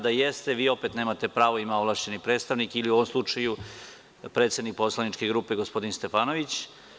Da jeste, vi opet nemate pravo, ima ovlašćeni predstavnik ili u ovom slučaju predsednik poslaničke grupe gospodin Stefanović.